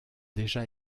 déjà